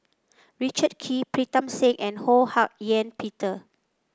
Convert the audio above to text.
Richard Kee Pritam Singh and Ho Hak Ean Peter